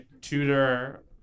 tutor